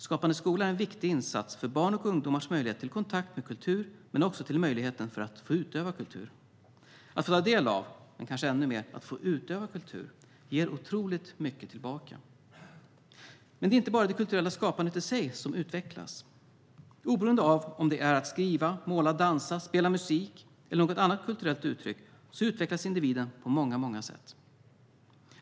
Skapande skola är en viktig insats för barns och ungdomars möjlighet till kontakt med kultur men också deras möjlighet att utöva kultur. Att få ta del av, men kanske ännu mer att få utöva, kultur ger otroligt mycket tillbaka. Men det är inte bara det kulturella skapandet i sig som utvecklar. Oberoende av om det är att skriva, måla, dansa, spela musik eller något annat kulturellt uttryck utvecklas individen på många sätt.